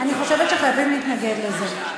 אני חושבת שחייבים להתנגד לזה.